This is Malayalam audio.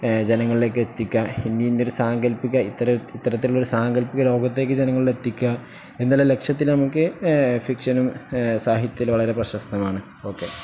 ജനങ്ങളിലേക്ക് എത്തിക്കുക ഇത്തരത്തിലുള്ള ഒരു സാങ്കല്പികലോകത്തേക്ക് ജനങ്ങളെ എത്തിക്കുകയെന്നുള്ള ലക്ഷ്യത്തില് നമുക്ക് ഫിക്ഷനും സാഹിത്യവുമെല്ലാം വളരെ പ്രശസ്തമാണ് ഓക്കെ